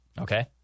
Okay